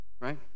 right